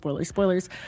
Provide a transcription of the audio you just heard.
spoilers